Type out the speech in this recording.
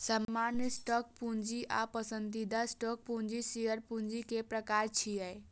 सामान्य स्टॉक पूंजी आ पसंदीदा स्टॉक पूंजी शेयर पूंजी के प्रकार छियै